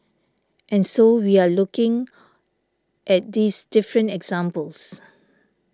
and so we are looking at these different examples